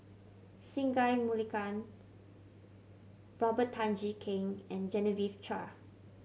Singai Mukilan Robert Tan Jee Keng and Genevieve Chua